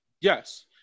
Yes